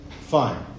Fine